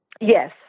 Yes